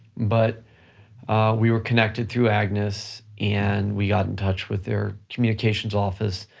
but we were connected through agnes, and we got in touch with their communications office,